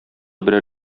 берәр